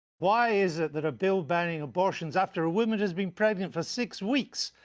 why is it that a bill banning abortions after a woman has been pregnant for six weeks,